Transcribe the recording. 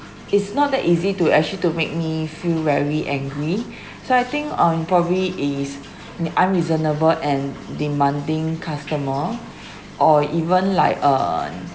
it's not that easy to actually to make me feel very angry so I think on probably is unreasonable and demanding customer or even like uh